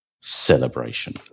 celebration